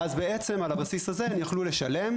ואז בעצם, על הבסיס הזה הן יכלו לשלם.